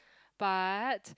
but